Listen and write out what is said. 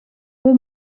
peu